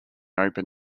open